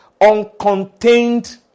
uncontained